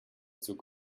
zug